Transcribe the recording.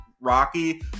rocky